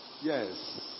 yes